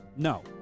No